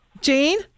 Gene